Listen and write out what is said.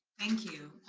thank you.